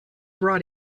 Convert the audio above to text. brought